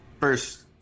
first